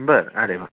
बरं अरे वा